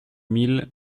mille